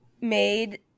made